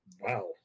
wow